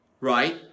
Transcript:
right